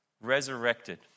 resurrected